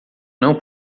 não